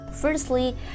Firstly